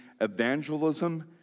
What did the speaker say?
evangelism